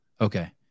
Okay